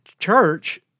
church